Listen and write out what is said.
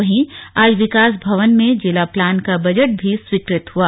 वहीं आज विकास भवन में जिला प्लान का बजट भी स्वीकृत हुआ